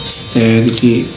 steadily